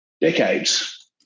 decades